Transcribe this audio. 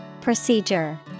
Procedure